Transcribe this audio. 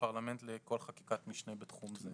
הפרלמנט לכל חקיקת משנה בתחום זה.